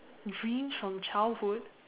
dreams from childhood